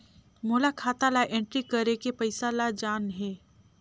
मोला खाता ला एंट्री करेके पइसा ला जान हे?